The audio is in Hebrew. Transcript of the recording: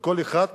וכל אחד,